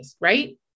right